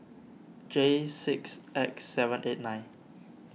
J six X seven eight nine